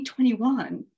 2021